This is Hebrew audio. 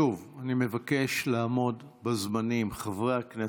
שוב, אני מבקש לעמוד בזמנים, חברי הכנסת.